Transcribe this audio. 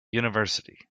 university